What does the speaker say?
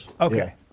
Okay